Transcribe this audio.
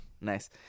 Nice